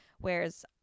Whereas